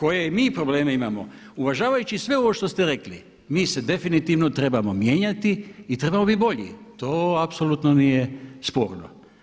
koje mi probleme imamo uvažavajući sve ovo što ste rekli, mi se definitivno trebamo mijenjati i trebamo biti bolji, to apsolutno nije sporno.